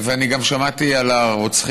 ואני גם שמעתי על הרוצחים,